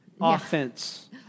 offense